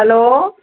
hello